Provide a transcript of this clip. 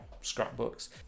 scrapbooks